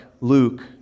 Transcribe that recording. Luke